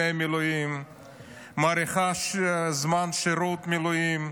מאריכה זמן שירות מילואים,